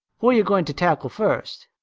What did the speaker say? who are you going to tackle first?